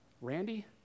Randy